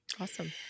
awesome